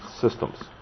systems